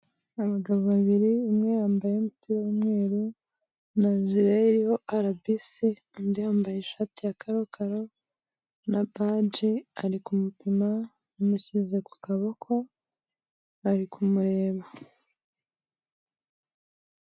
Abagabo babiri umwe yambaye umupi w'umweru na jire iriho RBC, undi yambaye ishati ya karokaro na baji, ari kumupima amushyize ku kaboko, ari kumureba.